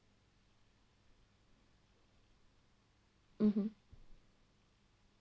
mmhmm